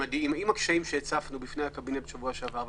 עם הקשיים שהצפנו בפני הקבינט בשבוע שעבר,